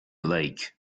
lake